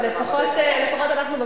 לפחות אנחנו,